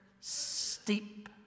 steep